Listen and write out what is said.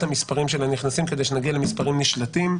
המספרים של הנכנסים כדי שנגיע למספרים נשלטים.